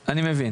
אני מבין.